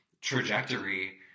trajectory